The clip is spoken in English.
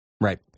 Right